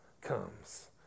comes